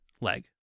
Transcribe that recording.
leg